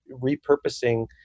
repurposing